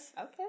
Okay